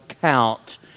count